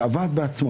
הוועד בעצמו,